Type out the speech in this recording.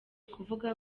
kuvuga